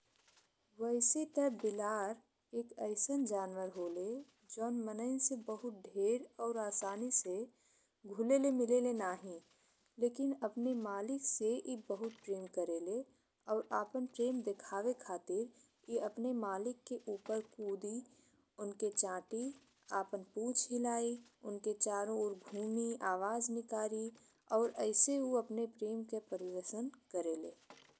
वइसे ते बिलार एक अइसन जानवर जोन मनइन से बहुत ढेर और आसानी से घुलेले मिलेले नाहीं। लेकिन अपने मालिक से ए बहुत प्रेम करेले। और आपन प्रेम देखावे खातिर ए अपने मालिक के ऊपर कूदी, उनके छाती, आपन पूंछ हिलाई, उनके चारो ओर घूमी आवाज निकालि और अइसे ऊ अपने प्रेम के प्रदर्शन करेले।